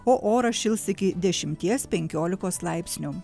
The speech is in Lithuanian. o oras šils iki dešimties penkiolikos laipsnių